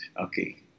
Okay